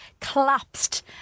collapsed